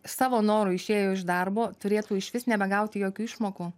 savo noru išėjo iš darbo turėtų išvis nebegauti jokių išmokų